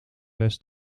west